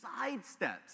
sidesteps